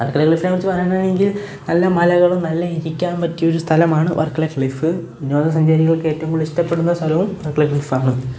വര്ക്കല ക്ലിഫിനെ കുറിച്ച് പറയാനാണെങ്കില് നല്ല മലകളും നല്ല ഇരിക്കാന് പറ്റിയ ഒരു സ്ഥലമാണ് വര്ക്കല ക്ലിഫ് വിനോദസഞ്ചാരികള്ക്ക് ഏറ്റവും കൂട്തൽ ഇഷ്ടപ്പെടുന്ന സ്ഥലവും വര്ക്കല ക്ലിഫ് ആണ്